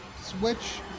Switch